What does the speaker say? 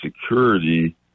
security